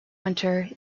winter